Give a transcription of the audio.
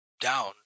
down